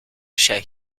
şey